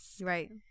Right